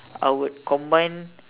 I would combine